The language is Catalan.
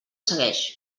segueix